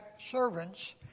servants